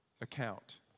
account